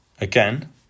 Again